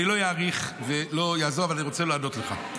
אני לא אאריך, אבל אני רוצה לענות לך.